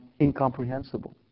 incomprehensible